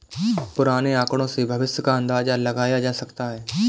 पुराने आकड़ों से भविष्य का अंदाजा लगाया जा सकता है